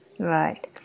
Right